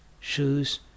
shoes